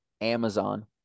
Amazon